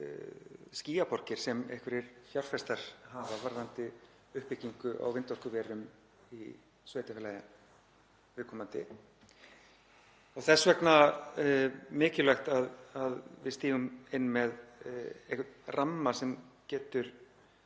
skýjaborgir sem einhverjir fjárfestar hafa varðandi uppbyggingu á vindorkuverum í sveitarfélagi viðkomandi. Það er því mikilvægt að við stígum inn með einhvern ramma sem geti